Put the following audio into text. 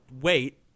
wait